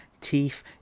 teeth